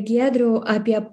giedriau apie